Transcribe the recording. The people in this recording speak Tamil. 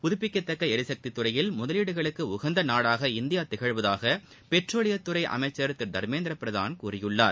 புதுப்பிக்கத்தக்களரிசக்திதுறையில் முதலீடுகளுக்குஉகந்தநாடாக இந்தியாதிகழ்வதாகபெட்ரோலியத்துறைஅமைச்சர் திருதர்மேந்திரபிரதான் கூறியுள்ளார்